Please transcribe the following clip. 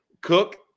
Cook